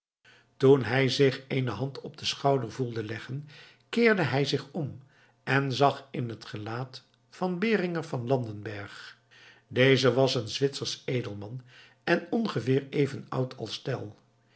toen hij zich eene hand op den schouder voelde leggen keerde hij zich om en zag in het gelaat van beringer van landenberg deze was een zwitsersch edelman en ongeveer even oud als tell